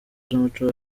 z’umuco